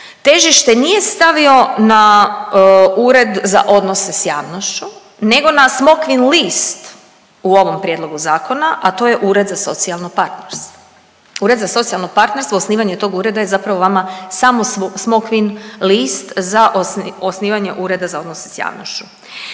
težište nije stavio na Ured za odnose sa javnošću nego na smokvin list u ovom prijedlogu zakona, a to je Ured za socijalno partnerstvo. Ured za socijalno partnerstvo, osnivanje tog ureda je zapravo vama samo smokvin list za osnivanje Ureda za odnose sa javnošću.